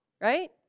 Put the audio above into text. right